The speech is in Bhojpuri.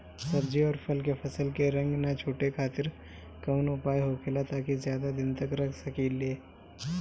सब्जी और फल के फसल के रंग न छुटे खातिर काउन उपाय होखेला ताकि ज्यादा दिन तक रख सकिले?